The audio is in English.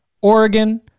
Oregon